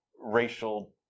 racial